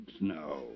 No